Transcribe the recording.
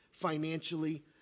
financially